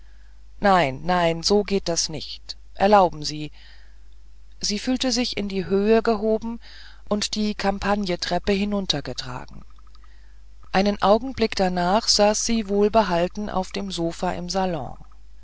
nein nein so geht das nicht erlauben sie sie fühlte sich in die höhe gehoben und die kampanjetreppe hinuntergetragen einen augenblick danach saß sie wohlbehalten auf dem sofa im salon